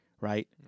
right